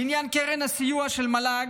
לעניין קרן הסיוע של המל"ג,